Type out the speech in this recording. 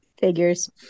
Figures